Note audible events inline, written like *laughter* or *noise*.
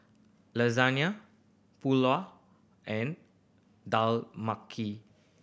Lasagna Pulao and Dal *unintelligible*